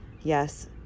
yes